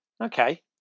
Okay